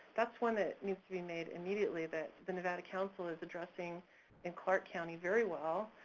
that's one that needs to be made immediately that the nevada council is addressing in clark county very well,